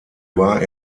war